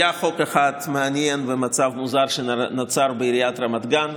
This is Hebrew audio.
גם היה חוק אחד מעניין במצב מוזר שנוצר בעיריית רמת גן,